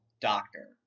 doctor